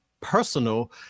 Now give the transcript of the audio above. personal